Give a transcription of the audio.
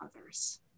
others